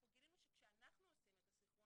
אנחנו גילינו שכשאנחנו עושים את הסנכרון